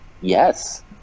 Yes